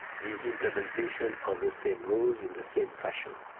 the implementation of the same rules in the same fashion.